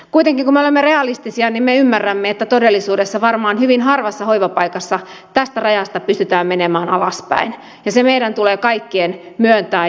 kuitenkin kun me olemme realistisia niin me ymmärrämme että todellisuudessa varmaan hyvin harvassa hoivapaikassa tästä rajasta pystytään menemään alaspäin ja se meidän tulee kaikkien myöntää